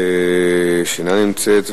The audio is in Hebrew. שאיננה נמצאת.